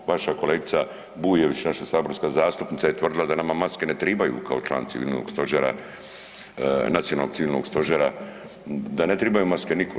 Vaša kolegica Buljević naša saborska zastupnica je tvrdila da nama maske ne trebaju kao članica Civilnog stožera, nacionalnog civilnog stožera da ne trebaju maske nikome.